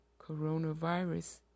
coronavirus